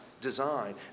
design